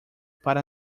para